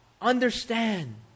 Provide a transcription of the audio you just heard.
Understand